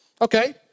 Okay